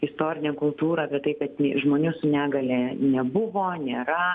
istorinę kultūrą apie tai kad žmonių su negalia nebuvo nėra